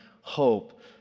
hope